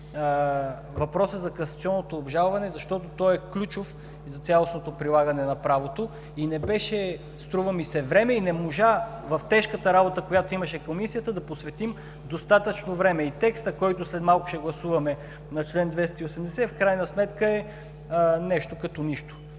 въпроса за касационното обжалване, защото то е ключов за цялостното прилагане на правото и, струва ми се, не можахме в тежката работа, която имаше Комисията, да му посветим достатъчно време. Текстът на чл. 280, който след малко ще гласуваме, в крайна сметка е нещо като нищо.